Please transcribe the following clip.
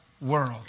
world